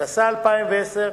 התש"ע 2010,